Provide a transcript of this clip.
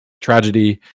tragedy